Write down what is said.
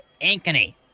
Ankeny